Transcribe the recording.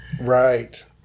Right